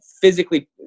physically